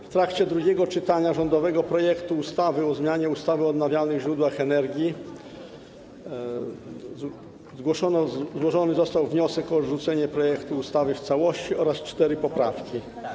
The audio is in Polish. W trakcie drugiego czytania rządowego projektu ustawy o zmianie ustawy o odnawialnych źródłach energii złożony został wniosek o odrzucenie projektu ustawy w całości oraz cztery poprawki.